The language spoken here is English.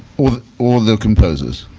or or the composers.